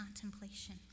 contemplation